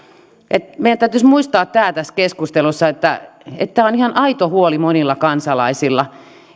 meidän täytyisi muistaa tässä keskustelussa se että tämä on ihan aito huoli monilla kansalaisilla